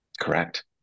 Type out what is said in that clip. Correct